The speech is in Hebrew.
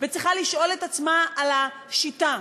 וצריכה לשאול את עצמה על השיטה: